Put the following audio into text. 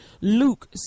Luke